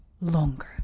longer